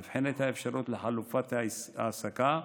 נבחנת האפשרות לחלופת העסקה,